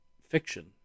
fiction